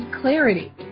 clarity